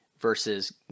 versus